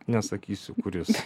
nesakysiu kuris